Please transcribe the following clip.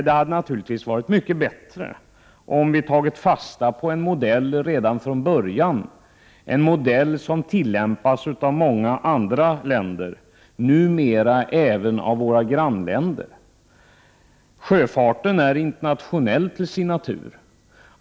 Det hade naturligtvis varit mycket bättre om vi hade tagit fasta på en modell redan från början, en modell som tillämpas av många andra länder och numera även av våra grannländer. Sjöfarten är internationell till sin natur.